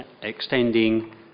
extending